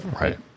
Right